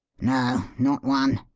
no, not one.